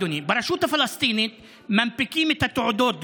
אדוני: ברשות הפלסטינית מנפקים את התעודות גופן,